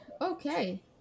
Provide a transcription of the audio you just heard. Okay